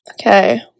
Okay